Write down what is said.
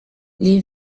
les